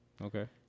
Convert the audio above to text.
Okay